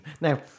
Now